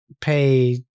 pay